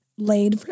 laid